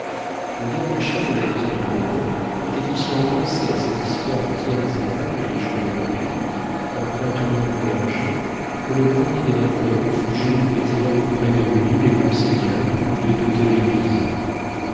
le dernier chef de la maison de bourbon était aussi empressé à satisfaire le tiers-état et les gens de l'empire en contenant le clergé que le premier des napoléon fut jaloux d'attirer auprès de lui les grands seigneurs ou de doter l'église